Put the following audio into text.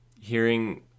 Hearing